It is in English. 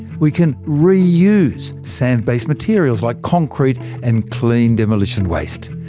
we can re-use sand-based material, like concrete and clean demolition waste.